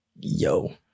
yo